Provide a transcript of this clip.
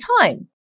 time